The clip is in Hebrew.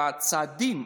והצעדים,